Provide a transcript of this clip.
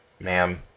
ma'am